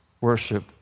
worship